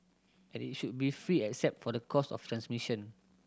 and it should be free except for the cost of transmission